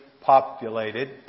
populated